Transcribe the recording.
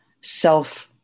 self-